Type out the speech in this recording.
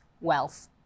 wealth